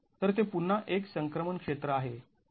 तर ते पुन्हा एक संक्रमण क्षेत्र आहे